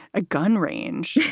a gun range.